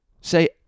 Say